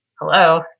hello